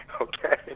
Okay